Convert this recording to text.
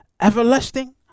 everlasting